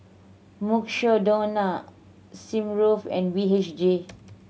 Mukshidonna Smirnoff and B H G